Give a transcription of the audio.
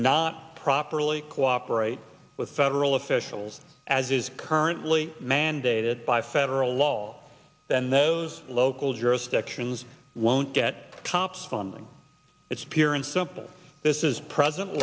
not properly cooperate with federal officials as is currently mandated by federal law then those local jurisdictions won't get cops funding it's pure and simple this is present